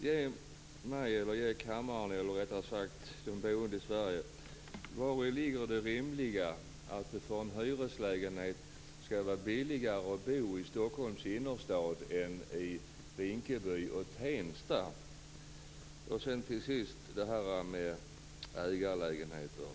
Ge mig och kammaren, eller rättare sagt de boende i Sverige, besked om vari det rimliga ligger att det skall vara billigare att bo i en hyreslägenhet i Stockholms innerstad än i Rinkeby och Tensta! Till sist gäller det ägarlägenheterna.